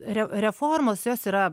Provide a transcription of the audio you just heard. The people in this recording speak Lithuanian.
re reformos jos yra